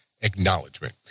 acknowledgement